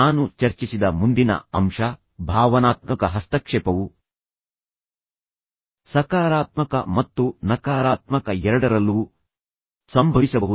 ನಾನು ಚರ್ಚಿಸಿದ ಮುಂದಿನ ಅಂಶ ಭಾವನಾತ್ಮಕ ಹಸ್ತಕ್ಷೇಪವು ಸಕಾರಾತ್ಮಕ ಮತ್ತು ನಕಾರಾತ್ಮಕ ಎರಡರಲ್ಲೂ ಸಂಭವಿಸಬಹುದು